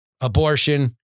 Abortion